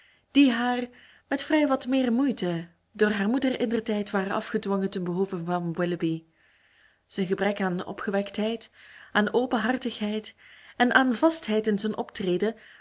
die haar met vrij wat meer moeite door haar moeder indertijd waren afgedwongen ten behoeve van willoughby zijn gebrek aan opgewektheid aan openhartigheid en aan vastheid in zijn optreden